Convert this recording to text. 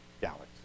galaxies